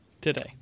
Today